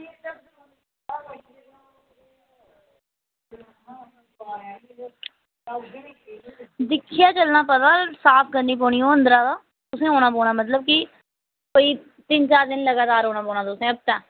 दिक्खियै चलना पता साफ करनी पौनी ओह् अंदरा दा तुसें औना पौना मतलब कि कोई तिन चार दिन लगातार औना पौना तुसेंगी हफ्ता